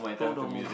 pro bono